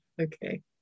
Okay